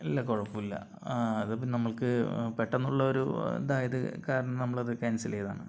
ഇല്ല കുഴപ്പമില്ല അതിപ്പോൾ നമ്മൾക്ക് പെട്ടെന്നുള്ളൊരു അതായത് കാരണം നമ്മളത് ക്യാൻസൽ ചെയ്തതാണ്